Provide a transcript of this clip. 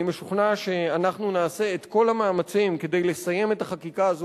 אני משוכנע שאנחנו נעשה את כל המאמצים כדי לסיים את החקיקה הזאת